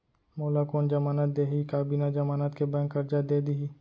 मोला कोन जमानत देहि का बिना जमानत के बैंक करजा दे दिही?